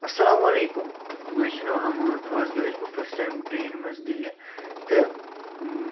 اسلامُ علیکُم مےٚ چھُ ناو اَمان اَز گوٚیوس بہٕ فٔسٹ ٹایم ٹرٛینہِ مَنٛز دِلہِ تہٕ